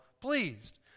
pleased